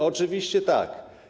Oczywiście tak.